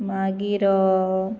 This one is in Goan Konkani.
मागीर